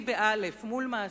מול מעסיק,